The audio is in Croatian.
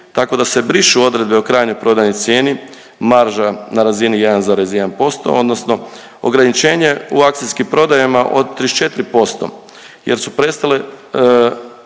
tako da se brišu odredbe o krajnjoj prodajnoj cijeni, marža na razini 1,1% odnosno ograničenje u akcijskim prodajama od 34% jer su prestale